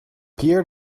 pierre